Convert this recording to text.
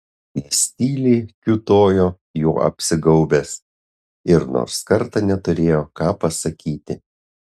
jis tyliai kiūtojo juo apsigaubęs ir nors kartą neturėjo ką pasakyti